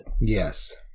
yes